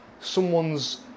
someone's